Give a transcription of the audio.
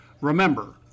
Remember